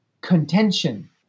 contention